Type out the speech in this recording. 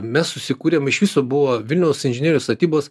mes susikūrėm iš viso buvo vilniaus inžinerinio statybos